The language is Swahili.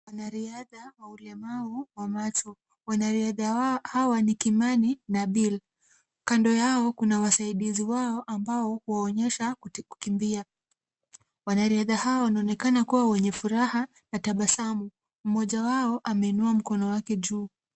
Wanariadha wa ulemavu wa macho, wanariadha hawa ni Kimani na Bill. Kando yao kuna wasaidizi wao ambao huwaonyesha kukimbia. Wanariadha hawa wanaonekana kuwa wenye furaha na tabasamu, mmoja wao ameinua mkono wake juu.